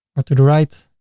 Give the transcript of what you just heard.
or to the right